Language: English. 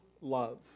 love